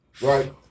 right